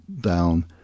down